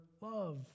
love